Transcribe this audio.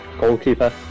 goalkeeper